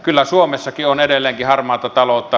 kyllä suomessakin on edelleenkin harmaata taloutta